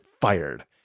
fired